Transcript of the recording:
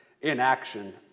inaction